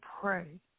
pray